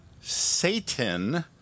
Satan